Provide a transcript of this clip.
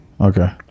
Okay